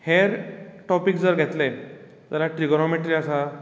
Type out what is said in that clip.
हेर टॉपीक जर घेतले जाल्यार ट्रिग्नोमॅट्री आसा